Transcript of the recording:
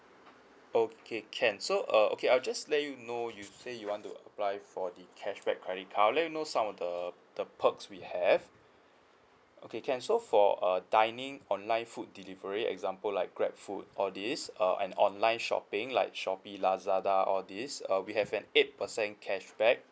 okay can so uh okay I'll just let you know you say you want to apply for the cashback credit card I'll let you know some of the the perks we have okay can so for uh dining online food delivery example like grabfood all these uh and online shopping like shopee lazada all these uh we have an eight percent cashback